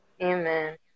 Amen